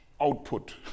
output